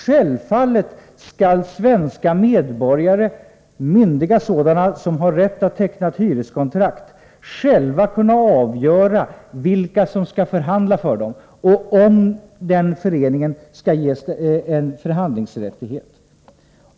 Självfallet skall svenska medborgare, myndiga sådana, som har rätt att teckna ett hyreskontrakt själva kunna avgöra vilka som skall förhandla för dem och om en förening skall ges förhandlingsrättighet.